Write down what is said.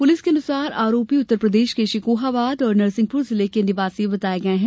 police के अनुसार आरोपी उत्तर प्रदेश के शिकोहावाद और नरसिंहपुर जिले के निवासी बताये गये हैं